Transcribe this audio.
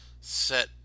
set